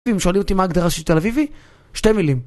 אם שואלים אותי מה הגדרה של תל אביבי, שתי מילים.